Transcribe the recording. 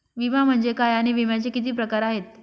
विमा म्हणजे काय आणि विम्याचे किती प्रकार आहेत?